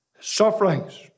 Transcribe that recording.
Sufferings